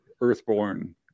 earthborn